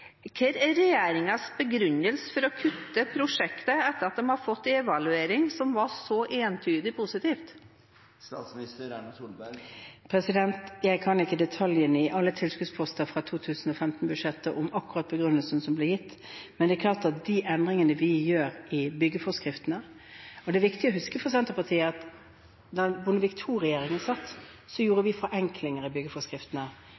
Hva er regjeringens begrunnelse for å kutte prosjektet etter at de har fått en evaluering som var så entydig positiv? Jeg kan ikke detaljene i alle tilskuddsposter fra 2015-budsjettet om akkurat begrunnelsen som ble gitt. Men med hensyn til de endringene vi gjør i byggeforskriftene: Det er viktig å huske for Senterpartiet at da Bondevik II-regjeringen satt,